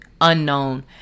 unknown